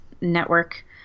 network